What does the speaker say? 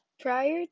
Prior